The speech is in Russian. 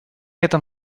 этом